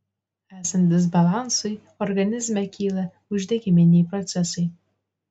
esant disbalansui organizme kyla uždegiminiai procesai